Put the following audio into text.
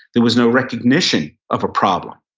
there was no recognition of a problem.